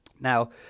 Now